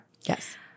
Yes